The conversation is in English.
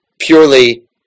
purely